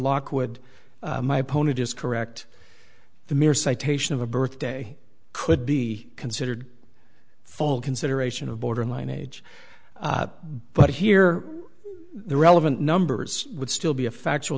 lockwood my opponent is correct the mere citation of a birthday could be considered a full consideration of borderline age but here the relevant numbers would still be a factual